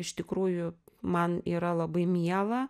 iš tikrųjų man yra labai miela